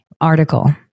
article